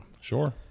Sure